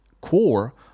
core